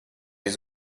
jūs